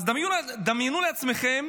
אז דמיינו לעצמכם